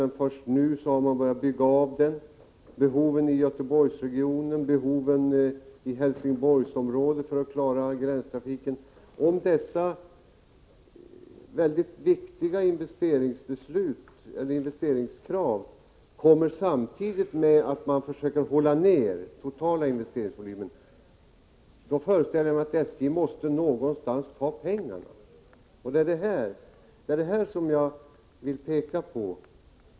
Men först nu har det börjat byggas. Jag kan nämna behoven i Göteborgsregionen, vidare behoven i Helsingborgsområdet med tanke på gränstrafiken. Om dessa mycket viktiga investeringskrav kommer samtidigt som man försöker att hålla den totala investeringsvolymen nere, föreställer jag mig att SJ måste ta pengarna någonstans. Det är detta som jag har velat peka på.